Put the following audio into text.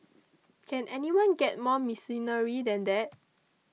can anyone get more mercenary than that